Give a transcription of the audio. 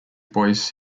boise